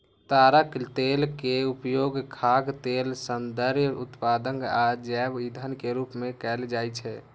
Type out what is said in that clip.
ताड़क तेल के उपयोग खाद्य तेल, सौंदर्य उत्पाद आ जैव ईंधन के रूप मे कैल जाइ छै